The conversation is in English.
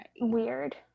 weird